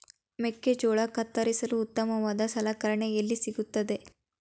ಮೆಕ್ಕೆಜೋಳ ಕತ್ತರಿಸಲು ಉತ್ತಮವಾದ ಸಲಕರಣೆ ಎಲ್ಲಿ ಸಿಗುತ್ತದೆ?